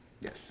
Yes